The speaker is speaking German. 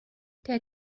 der